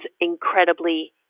incredibly